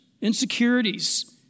insecurities